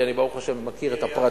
כי אני ברוך השם מכיר את הפרטים.